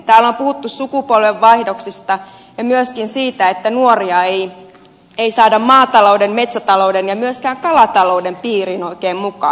täällä on puhuttu sukupolvenvaihdoksista ja myöskin siitä että nuoria ei saada maatalouden metsätalouden ja myöskään kalatalouden piiriin oikein mukaan